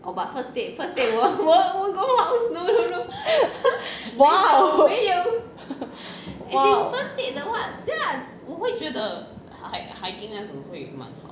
!wow! !wow!